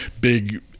big